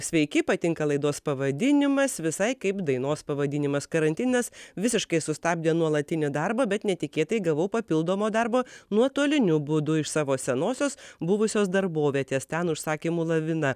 sveiki patinka laidos pavadinimas visai kaip dainos pavadinimas karantinas visiškai sustabdė nuolatinį darbą bet netikėtai gavau papildomo darbo nuotoliniu būdu iš savo senosios buvusios darbovietės ten užsakymų lavina